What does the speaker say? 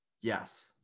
Yes